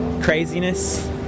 Craziness